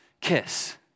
kiss